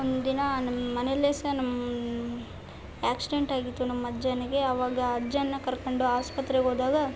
ಒಂದು ದಿನ ನಮ್ಮ ಮನೇಲೆ ಸಹ ನಮ್ಮ ಯ್ಯಾಕ್ಸ್ಡೆಂಟ್ ಆಗಿತ್ತು ನಮ್ಮ ಅಜ್ಜನಿಗೆ ಆವಾಗ ಅಜ್ಜನ್ನ ಕರಕೊಂಡು ಆಸ್ಪತ್ರೆಗೆ ಹೋದಾಗ